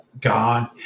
God